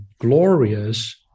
glorious